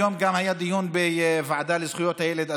היום היה דיון בוועדה לזכויות הילד,